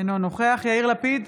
אינו נוכח יאיר לפיד,